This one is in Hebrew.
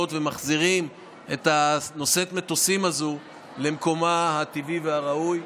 ומחזירים את נושאת המטוסים הזו למקומה הטבעי והראוי.